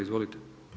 Izvolite.